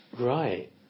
Right